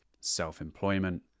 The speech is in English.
self-employment